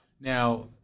Now